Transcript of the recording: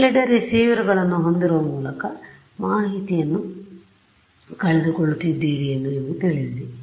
ಎಲ್ಲೆಡೆ ರಿಸೀವರ್ಗಳನ್ನು ಹೊಂದಿರದ ಮೂಲಕ ಮಾಹಿತಿಯನ್ನು ಕಳೆದುಕೊಳ್ಳುತ್ತಿದ್ದೀರಿ ಎಂದು ನಿಮಗೆ ತಿಳಿದಿದೆ